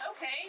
Okay